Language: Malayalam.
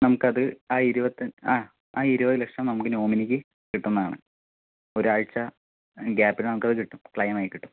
നമുക്കത് ആ ഇരുപത്തഞ്ച് ആ ഇരുപത് ലക്ഷം നമുക്ക് നോമിനിക്ക് കിട്ടുന്നതാണ് ഒരാഴ്ച്ച ഗ്യാപ്പില് നമുക്കത് കിട്ടും ക്ലെയിമായി കിട്ടും